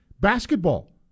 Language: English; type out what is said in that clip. basketball